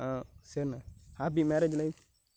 ஆ சரிண்ணே happy marriage life